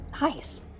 Nice